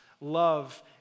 love